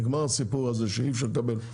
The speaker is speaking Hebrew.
נגמר הסיפור הזה שאי אפשר לקבל.